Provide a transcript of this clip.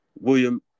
William